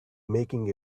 making